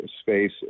space